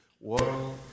World